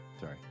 Sorry